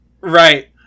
right